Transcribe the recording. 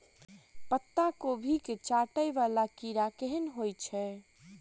पत्ता कोबी केँ चाटय वला कीड़ा केहन होइ छै?